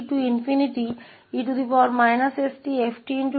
तो यह एक अभिन्न की सामान्य संपत्ति है